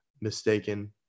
mistaken